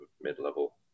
mid-level